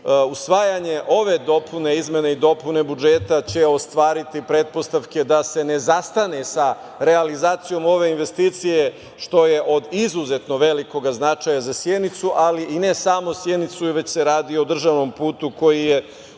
usvajanje ove dopune i izmene budžeta će ostvariti pretpostavke da se ne zastane sa realizacijom ove investicije, što je od izuzetno velikog značaja za Sjenicu, ali i ne samo Sjenicu već se radi o državnom putu koji je